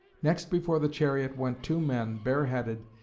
next before the chariot, went two men, bare-headed,